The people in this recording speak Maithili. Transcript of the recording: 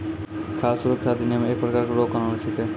खाद सुरक्षा अधिनियम एक प्रकार रो कानून छिकै